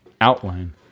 outline